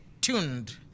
tuned